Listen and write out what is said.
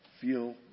feel